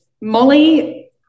Molly